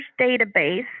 database